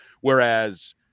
Whereas